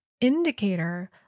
indicator